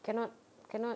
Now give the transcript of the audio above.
cannot cannot